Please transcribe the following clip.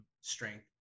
strength